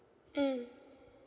mm